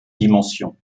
dimension